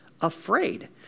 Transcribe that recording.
afraid